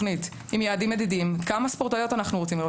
הספורט וממשרדים אחרים לגבי נקודות שאנחנו מעלים